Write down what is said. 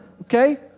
okay